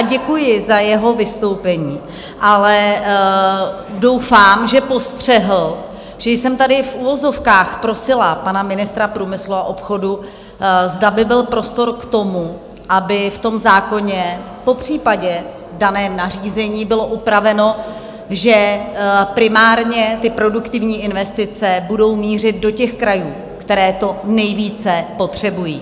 Děkuji za jeho vystoupení, ale doufám, že postřehl, že jsem tady v uvozovkách prosila pana ministra průmyslu a obchodu, zda by byl prostor k tomu, aby v tom zákoně, popřípadě daném nařízení bylo upraveno, že primárně ty produktivní investice budou mířit do krajů, které to nejvíce potřebují.